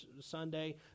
Sunday